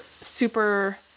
super